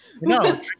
No